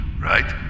right